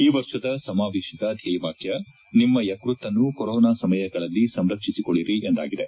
ಈ ವರ್ಷದ ಸಮಾವೇಶದ ಧ್ವೇಯವಾಕ್ಯ ನಿಮ್ನ ಯಕೃತ್ತನ್ನು ಕೊರೊನಾ ಸಮಯಗಳಲ್ಲಿ ಸಂರಕ್ಷಿಸಿಕೊಳ್ಳರಿ ಎಂದಾಗಿದೆ